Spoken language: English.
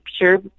sure